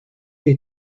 les